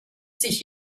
sich